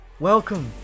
Welcome